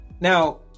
Now